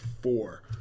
four